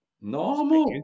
normal